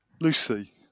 Lucy